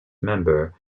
member